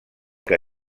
que